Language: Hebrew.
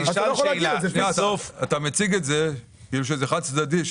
אתה מציג את זה כאילו זה חד צדדי,